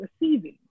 receiving